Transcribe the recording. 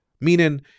Meaning